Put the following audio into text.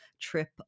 trip